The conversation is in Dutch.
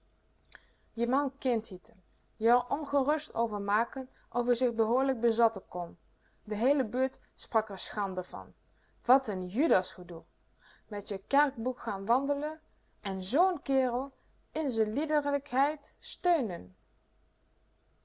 je man kin d hieten je r ongerust over maken of-ie zich behoorlijk bezatten kon de heele buurt sprak r schande van wat n judas gedoe met je kerkboek gaan wandelen en zoo'n kerel in z'n liederlijkheid steunen